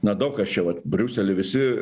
na daug kas čia vat briusely visi